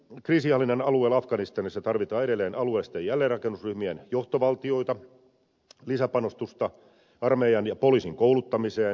kolmanneksi kriisinhallinnan alueella afganistanissa tarvitaan edelleen alueellisten jälleenrakennusryhmien johtovaltioita lisäpanostusta armeijan ja poliisin kouluttamiseen